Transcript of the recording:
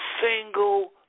single